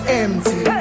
empty